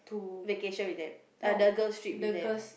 vacation with them uh the girl strip with them